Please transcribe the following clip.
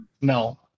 No